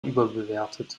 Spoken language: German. überbewertet